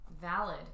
Valid